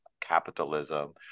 capitalism